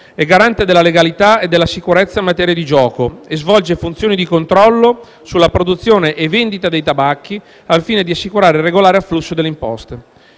è garante della legalità e della sicurezza in materia di gioco e svolge funzioni di controllo sulla produzione e vendita dei tabacchi, al fine di assicurare il regolare afflusso delle imposte.